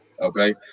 Okay